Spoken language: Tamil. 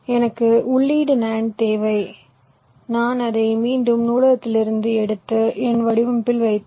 எனக்கு உள்ளீடு NAND தேவை நான் அதை மீண்டும் நூலகத்திலிருந்து எடுத்து என் வடிவமைப்பில் வைத்தேன்